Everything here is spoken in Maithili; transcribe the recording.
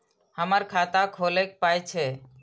हमर खाता खौलैक पाय छै